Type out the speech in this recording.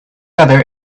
other